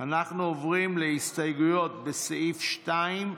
אנחנו עוברים לסעיף הבא.